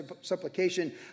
supplication